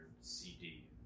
CD